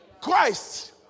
Christ